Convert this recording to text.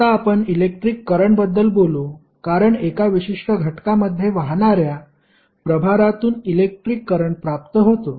आता आपण इलेक्ट्रिक करंटबद्दल बोलू कारण एका विशिष्ट घटकामध्ये वाहणार्या प्रभारातून इलेक्ट्रिक करंट प्राप्त होतो